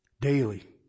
daily